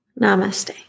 Namaste